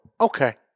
okay